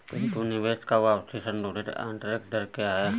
पिंटू निवेश का वापसी संशोधित आंतरिक दर क्या है?